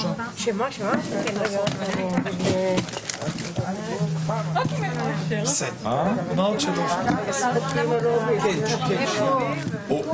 12:30.